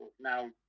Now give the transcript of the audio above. now